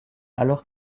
alors